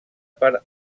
per